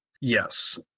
yes